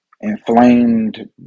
inflamed